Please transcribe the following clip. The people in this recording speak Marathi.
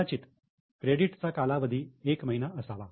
कदाचित क्रेडिट चा कालावधी एक महिना असावा